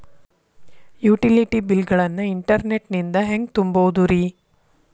Utility bill ಗಳನ್ನ internet ನಿಂದ ಹೆಂಗ್ ತುಂಬೋದುರಿ?